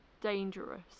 dangerous